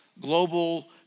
global